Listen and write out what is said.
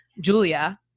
Julia